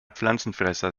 pflanzenfresser